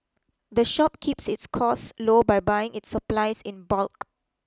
the shop keeps its costs low by buying its supplies in bulk